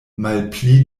malpli